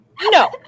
no